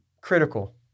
critical